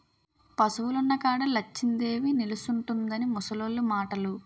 పశువులున్న కాడ లచ్చిందేవి నిలుసుంటుందని ముసలోళ్లు మాటలు